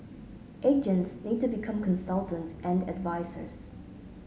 agents need to become consultants and advisers